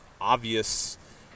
obvious